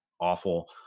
awful